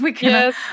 Yes